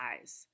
eyes